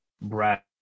Brad